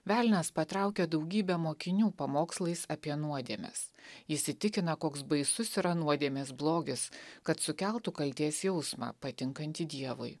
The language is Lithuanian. velnias patraukia daugybę mokinių pamokslais apie nuodėmes įsitikina koks baisus yra nuodėmės blogis kad sukeltų kaltės jausmą patinkantį dievui